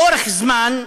לאורך זמן,